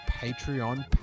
Patreon